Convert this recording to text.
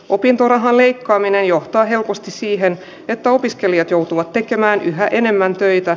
opintorahan leikkaaminen johtaa helposti siihen että opiskelijat joutuvat tekemään yhä enemmän töitä